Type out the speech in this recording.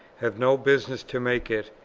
have no business to make it,